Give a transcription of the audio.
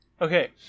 Okay